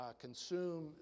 consume